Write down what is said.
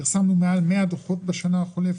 פרסמנו מעל 100 דוחות בשנה הקודמת.